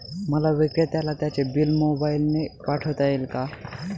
मला विक्रेत्याला त्याचे बिल मोबाईलने पाठवता येईल का?